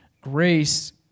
grace